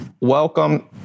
Welcome